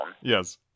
Yes